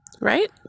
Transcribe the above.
right